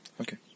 Okay